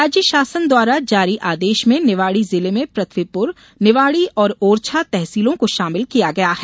राज्य शासन द्वारा जारी आदेश में निवाड़ी जिले में पृथ्वीपुर निवाड़ी और ओरछा तहसीलों को शामिल किया गया है